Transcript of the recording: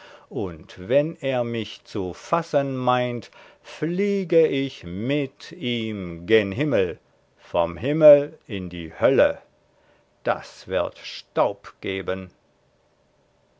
und wenn er mich zu fassen meint fliege ich mit ihm gen himmel vom himmel in die hölle das wird staub geben